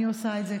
אני עושה את זה,